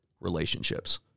relationships